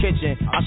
Kitchen